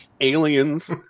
aliens